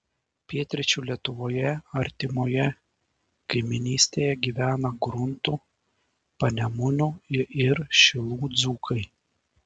pietryčių lietuvoje artimoje kaimynystėje gyvena gruntų panemunių ir šilų dzūkai